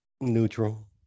Neutral